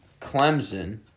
Clemson